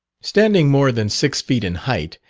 standing more than six feet in height,